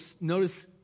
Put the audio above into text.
notice